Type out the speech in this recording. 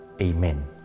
Amen